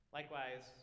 Likewise